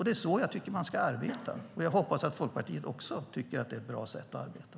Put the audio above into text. Det är så jag tycker att man ska arbeta. Jag hoppas att Folkpartiet också tycker att det är ett bra sätt att arbeta på.